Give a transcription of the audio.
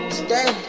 Today